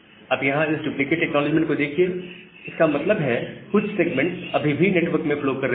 अब यहां इस डुप्लीकेट एक्नॉलेजमेंट को देखिए इसका मतलब है कुछ सेगमेंट्स अभी भी नेटवर्क में फ्लो कर रहे हैं